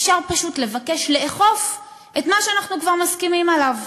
אפשר פשוט לבקש לאכוף את מה שאנחנו כבר מסכימים עליו.